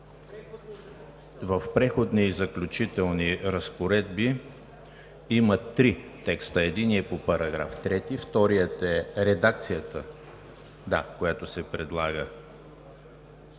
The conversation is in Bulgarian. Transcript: В Преходни и заключителни разпоредби има три текста. Единият е по § 3, вторият е редакцията, която се предлага